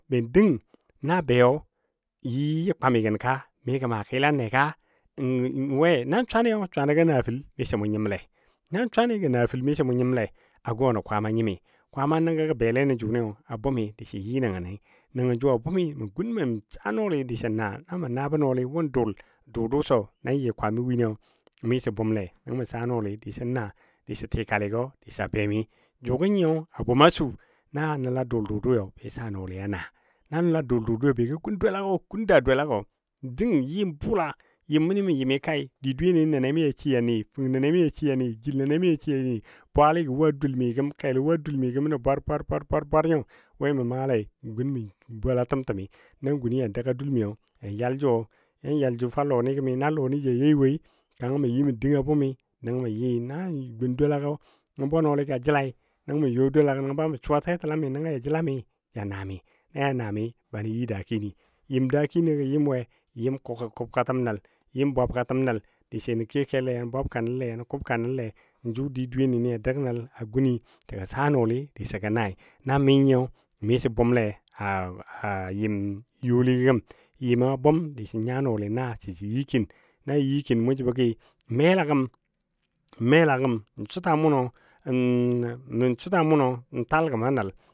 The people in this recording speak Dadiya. Be dəng ya beyo jə yɨ yɨ kwamigən ka migɔ kilan ka, we nan swani swanɔ gə na fəl misɔ mʊ nyɨmle, nan swani gəna fəl miso mʊ nyimle a gɔ nə Kwaama a nyimi Kwaama nəngɔ gɔ bele nən jʊnɨ a bʊmʊ disən yɨ nəni nəngɔ jʊ a bʊmi mə gun mə sa nɔɔli disən na mə nabɔ nɔɔli wɔ n dʊl dʊdʊ so nan nyɨ kwani wini miso bʊmle nəngɔ mə saa nɔɔli disən naa disə tikaligɔ a bemi jʊgɔ nyɨyɔ a bʊma su na nəla dʊl dʊdʊi be sa nɔli a naa, na nəl a dʊl dʊdʊi bego gun dwala gɔ, gun daa dwala gɔ dəng yɨ bʊla yɨm məndi mə yɨ kai di dweyeni nɛnɛmi a shi a ni fəng nɛnɛmi a shi, a ni jil nɛnɛmi shi a ni, bwaligɔ wo dul mi gəm, kelo wo dul mi gəm nə bwar bwar bwar bwar bwar nyo, we mə maa lei mə gun mə yi mə bola təm təmi na gun yɔ dəga dul miyo ya yal jʊ na yal jʊ fa lɔni gəmi na lɔni ja yai wai kanga mə yɨ mə dəng a bʊmi nəngɔ mə yɨ. Na gun dwalagɔ nəngɔ bwe nɔligɔ a jəlami nəngɔ mə dwalagɔ nəngɔ bamə suwa tɛtɛlami nəngɔ ja jəlami ja na mi na ya na mi banə yɨ dakini, yɨm dakinigɔ yɨm we yɨm kʊbkatəm nəl, yɨm bwab katəm nəl disɔ yɔ nə kiyo kele yani bwabka nəl le yani kub kelle, jʊ di dweyeni dəg nəl a gun saa nɔɔli disɔ gə nai na mi nyɨyo misɔ bʊmle a yɨm, youligɔ gəm nyɨma bʊm desin nya nɔɔli naa səjə yɨ kin. Na jə yɨ kin mɔ jəbɔ gəi mela gəm, mela gəm suta mʊnɔ tal gəm a nəl.